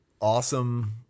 awesome